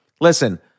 listen